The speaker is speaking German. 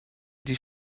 die